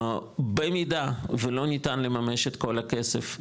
במידה ולא ניתן לממש את כל הכסף,